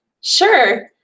sure